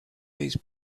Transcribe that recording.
these